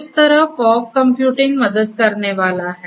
इस तरह fog computing मदद करने वाला है